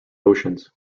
oceans